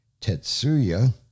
Tetsuya